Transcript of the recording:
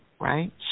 right